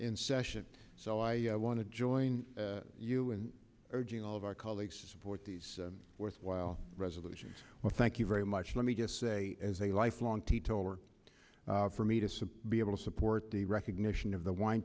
in session so i want to join you in urging all of our colleagues to support these worthwhile resolutions well thank you very much let me just say as a lifelong teetotaller for me to be able to support the recognition of the wine